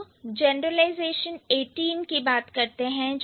अब जनरलाइजेशन 18 की बात करते हैं